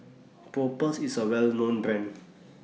Propass IS A Well known Brand